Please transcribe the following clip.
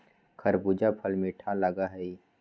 खरबूजा फल मीठा लगा हई